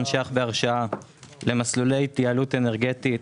₪ בהרשאה למסלולי התייעלות אנרגטית